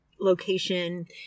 location